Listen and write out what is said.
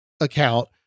account